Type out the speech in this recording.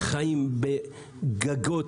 חיים בגגות,